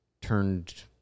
turned